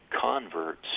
converts